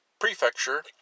Prefecture